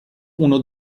uno